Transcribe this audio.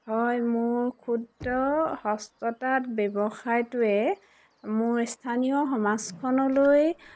হয় মোৰ ক্ষুদ্ৰ হস্ততাত ব্যৱসায়টোৱে মোৰ স্থানীয় সমাজখনলৈ